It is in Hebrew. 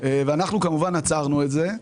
אנחנו כמובן עצרנו את זה,